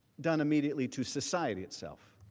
done immediately to society itself.